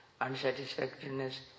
unsatisfactoriness